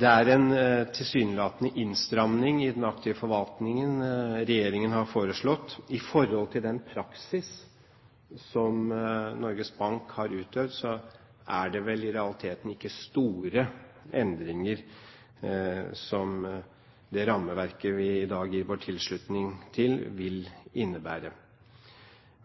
Det er en tilsynelatende innstramning i den aktive forvaltningen regjeringen har foreslått. I forhold til den praksis som Norges Bank har utøvd, er det vel i realiteten ikke store endringer det rammeverket vi i dag gir vår tilslutning til, vil innebære.